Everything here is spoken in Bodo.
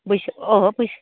बैसो अ बैसो